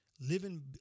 living